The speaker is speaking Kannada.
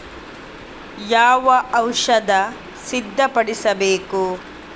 ಯಾವ ಔಷಧ ಸಿಂಪಡಿಸಬೇಕು?